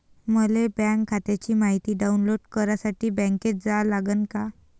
मले बँक खात्याची मायती डाऊनलोड करासाठी बँकेत जा लागन का?